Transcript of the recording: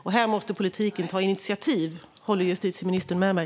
Här måste politiken ta initiativ. Håller justitieministern med mig?